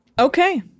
Okay